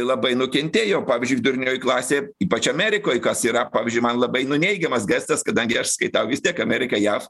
labai nukentėjo pavyzdžiui vidurinioji klasė ypač amerikoj kas yra pavyzdžiui man labai nu neigiamas gestas kadangi aš skaitau vis tiek amerika jav